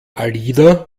alida